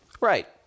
Right